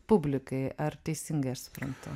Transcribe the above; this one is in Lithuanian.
publikai ar teisingai aš suprantu